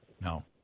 No